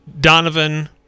Donovan